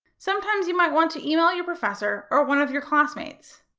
sometimes you might want to email your professor or one of your classmates.